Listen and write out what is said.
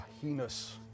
heinous